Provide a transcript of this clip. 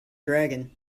dragon